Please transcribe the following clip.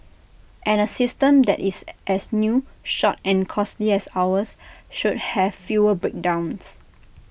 and A system that is as new short and costly as ours should have fewer breakdowns